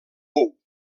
pou